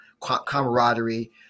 camaraderie